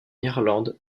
irlande